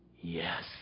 Yes